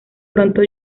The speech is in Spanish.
pronto